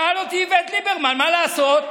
שאל אותי איווט ליברמן מה לעשות.